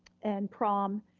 and prom.